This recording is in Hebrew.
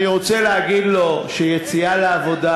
אני רוצה להגיד לו שיציאה לעבודה